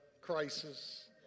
crisis